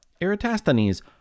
Eratosthenes